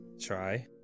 try